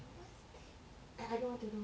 what's that tha~ I don't want to know